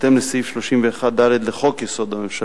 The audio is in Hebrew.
בהתאם לסעיף 31(ד) לחוק-יסוד: הממשלה,